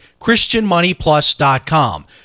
christianmoneyplus.com